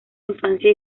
infancia